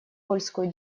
польскую